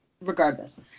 regardless